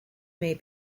may